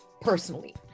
Personally